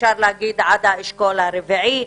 עד האשכול הרביעי,